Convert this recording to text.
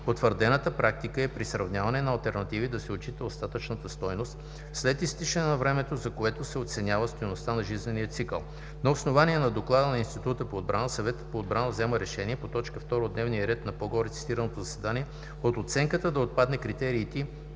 Утвърдена практика е при сравняване на алтернативи да се отчита „остатъчната стойност“ след изтичане на времето, за което се оценява стойността на жизнения цикъл. На основание на доклада на Института по отбрана, Съветът по отбрана взема решение по т. 2 от дневния ред на по-горе цитираното заседание от оценката да отпадне критерий